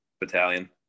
battalion